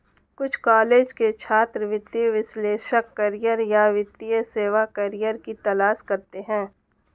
कुछ कॉलेज के छात्र वित्तीय विश्लेषक करियर या वित्तीय सेवा करियर की तलाश करते है